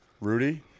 Rudy